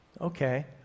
Okay